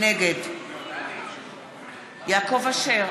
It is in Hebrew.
נגד יעקב אשר,